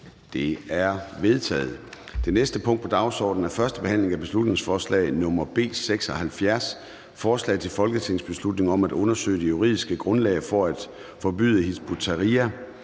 Det er vedtaget. --- Det næste punkt på dagsordenen er: 7) 1. behandling af beslutningsforslag nr. B 76: Forslag til folketingsbeslutning om at undersøge det juridiske grundlag for at forbyde Hizb ut-Tahrir